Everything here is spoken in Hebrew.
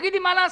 תגידי מה לעשות.